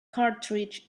cartridge